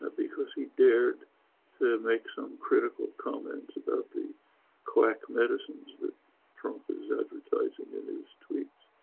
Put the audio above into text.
ah because he dared to make some critical comments about the quack medicines that trump is advertising in his tweets.